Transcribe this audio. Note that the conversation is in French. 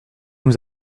nous